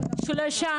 אין אף נציג